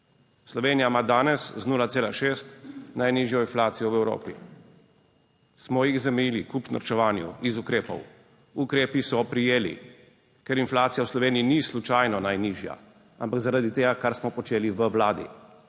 Slovenija ima danes z 0,6 najnižjo inflacijo v Evropi. Smo jih zamejili kljub norčevanju iz ukrepov. Ukrepi so prijeli, ker inflacija v Sloveniji ni slučajno najnižja, ampak zaradi tega, kar smo počeli v Vladi,